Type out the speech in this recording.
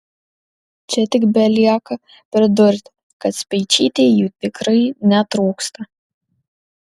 čia tik belieka pridurti kad speičytei jų tikrai netrūksta